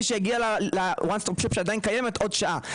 שהגיע לוואן סטופ שופ שעדיין קייימת עוד שעה.